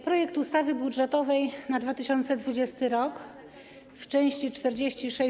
Projekt ustawy budżetowej na 2020 r. w części 46: